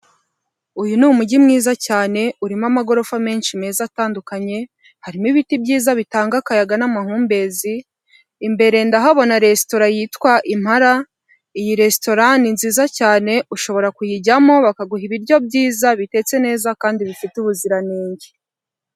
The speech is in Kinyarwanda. Uyu ni umujyi mwiza cyane, urimo amagorofa menshi meza atandukanye, harimo ibiti byiza bitanga akayaga n'amahumbezi, imbere ndahabona resitora yitwa impara, iyi resitora ni nziza cyane, ushobora kuyijyamo bakaguha ibiryo byiza, bitetse neza kandi bifite ubuziranenge.